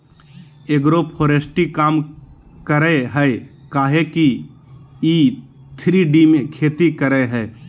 agroforestry काम करेय हइ काहे कि इ थ्री डी में खेती करेय हइ